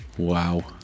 Wow